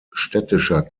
städtischer